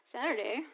Saturday